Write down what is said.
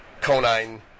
Conine